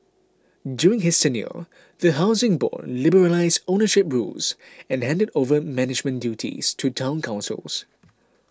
during his tenure the Housing Board liberalised ownership rules and handed over management duties to Town Councils